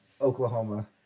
Oklahoma